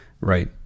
Right